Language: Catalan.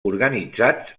organitzats